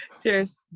Cheers